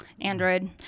Android